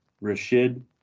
Rashid